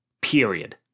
period